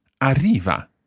arriva